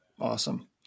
awesome